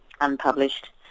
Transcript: Unpublished